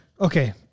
Okay